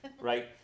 right